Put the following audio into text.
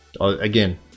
again